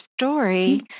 story